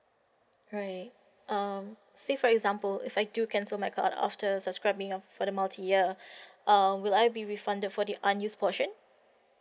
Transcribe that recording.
right um say for example if I do cancel my card after subscribing uh for the multi-year um will I be refunded for this unused portion